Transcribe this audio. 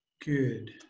Good